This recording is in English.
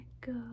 go